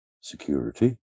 security